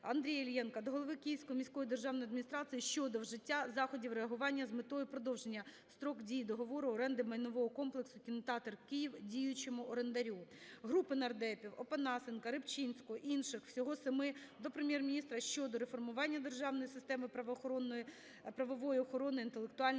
Андрія Іллєнка до голови Київської міської державної адміністрації щодо вжиття заходів реагування з метою продовжити строк дії договору оренди майнового комплексу кінотеатр "Київ" діючому орендарю. Групи нардепутатів (Опанасенка, Рибчинського та інших; всього 7-и) до Прем'єр-міністра щодо реформування державної системи правової охорони інтелектуальної